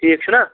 ٹھیٖک چھُنا